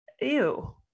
ew